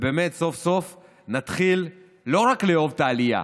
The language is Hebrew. ובאמת סוף-סוף נתחיל לא רק לאהוב את העלייה